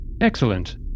Excellent